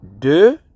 de